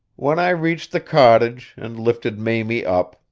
when i reached the cottage and lifted mamie up,